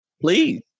Please